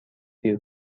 دیر